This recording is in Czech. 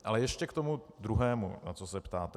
Ale ještě k tomu druhému, na co se ptáte.